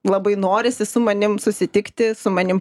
labai norisi su manim susitikti su manim